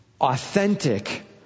authentic